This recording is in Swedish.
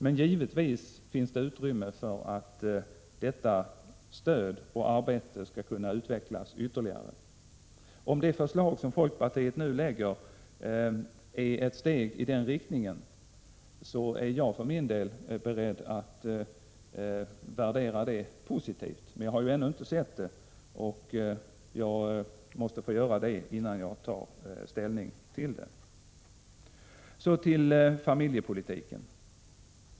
Men givetvis finns det utrymme för att detta stöd och arbete skall kunna utvecklas — Prot. 1986/87:64 ytterligare. Om det förslag som folkpartiet nu lägger fram är ett steg i denna — 4 februari 1987 I riktning är jag för min del beredd att värdera det positivt. Men jag har ännu inte sett det, och jag måste få göra det innan jag tar ställning till det. Därefter övergår jag till familjepolitiken.